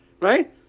Right